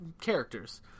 characters